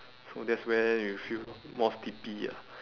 so that's where you feel more sleepy ah